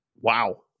Wow